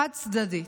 חד-צדדית.